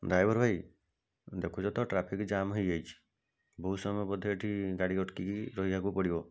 driver ଭାଇ ଦେଖୁଚ ତ ଟ୍ରାଫିକ୍ ଜାମ୍ ହେଇଯାଇଛି ବହୁତ ସମୟ ପର୍ଯ୍ୟନ୍ତ ଏଠି ଗାଡ଼ି ଅଟକାଇ ରହିବାକୁ ପଡ଼ିବ